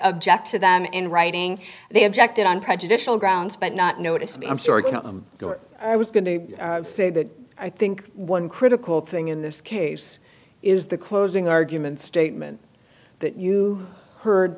object to them in writing they objected on prejudicial grounds but not noticed i'm sorry i was going to say that i think one critical thing in this case is the closing argument statement that you heard